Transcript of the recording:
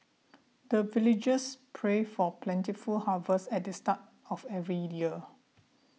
the villagers pray for plentiful harvest at the start of every year